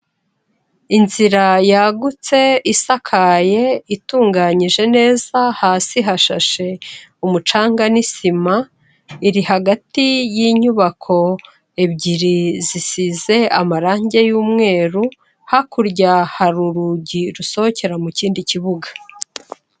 Inzira yagutse, isakaye, itunganyije neza, hasi hashashe umucanga n'isima, iri hagati y'inyubako ebyiri zisize amarangi y'umweru, hakurya hari urugi rusohokera mu kindi kibuga.